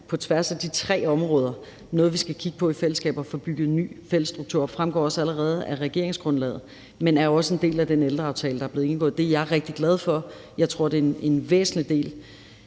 på tværs af de tre områder noget, vi skal kigge på i fællesskab og få bygget en ny fælles struktur op om. Det fremgår også allerede af regeringsgrundlaget, men er jo også en del af den ældreaftale, der er blevet indgået. Det er jeg rigtig glad for. Det er en væsentlig del